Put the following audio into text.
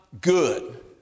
good